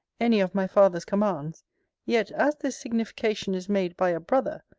any of my father's commands yet, as this signification is made by a brother,